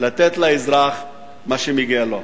לתת לאזרח מה שמגיע לו.